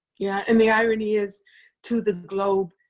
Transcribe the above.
yeah, and the irony is to the globe,